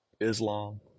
Islam